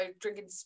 drinking